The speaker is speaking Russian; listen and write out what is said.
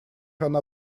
она